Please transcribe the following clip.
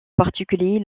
particulier